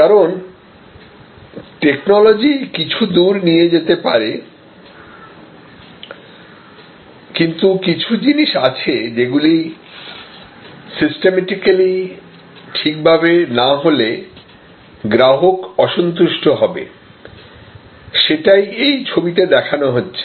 কারণ টেকনোলজি কিছু দূর নিয়ে যেতে পারে কিন্তু কিছু জিনিস আছে যেগুলি সিস্টেমেটিক্যালি ঠিকভাবে না হলে গ্রাহক অসন্তুষ্ট হবে সেটাই এই ছবিতে দেখানো হচ্ছে